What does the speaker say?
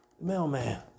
Mailman